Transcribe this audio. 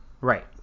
right